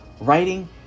writing